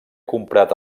comprat